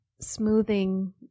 smoothing